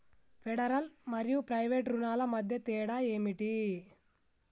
Federal మరియు private రుణాల మధ్య తేడా ఏమిటి?